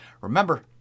Remember